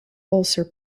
ulcer